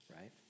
right